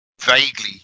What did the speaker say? vaguely